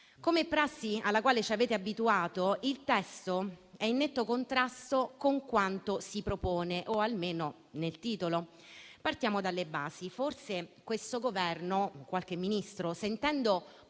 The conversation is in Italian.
Come prassi alla quale ci avete abituato, il testo è in netto contrasto con quanto si propone, almeno nel titolo. Partiamo dalle basi. Forse questo Governo, qualche Ministro, sentendo